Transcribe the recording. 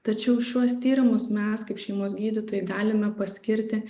tačiau šiuos tyrimus mes kaip šeimos gydytojai galime paskirti